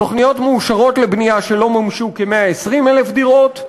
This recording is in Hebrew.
תוכניות מאושרות לבנייה שלא מומשו כ-120,000 דירות,